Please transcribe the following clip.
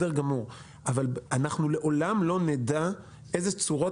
אבל אנחנו לעולם לא נדע איזה צורות